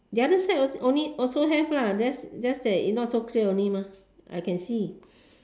the other side only also have then just that not so clear only mah I can see